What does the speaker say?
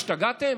השתגעתם?